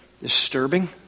disturbing